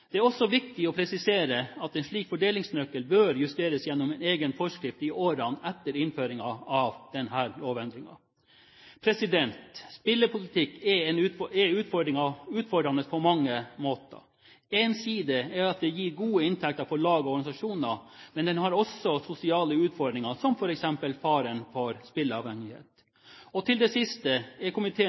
Det er også viktig å presisere at en slik fordelingsnøkkel bør justeres gjennom en egen forskrift i årene etter innføringen av denne lovendringen. Spillpolitikk er utfordrende på mange måter. En side er at den gir gode inntekter for lag og organisasjoner, men den har også sosiale utfordringer som f.eks. faren for spilleavhengighet. Og til det siste: Komiteens flertall er